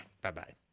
Bye-bye